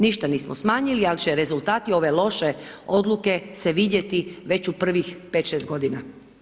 Ništa nismo smanjili, ali će rezultati ove loše odluke se vidjeti već u prvih 5, 6 godina.